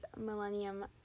Millennium